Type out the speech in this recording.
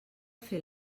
fer